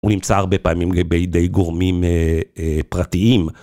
הוא נמצא הרבה פעמים בידי גורמים פרטיים.